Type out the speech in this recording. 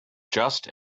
just